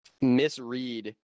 misread